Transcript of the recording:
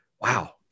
Wow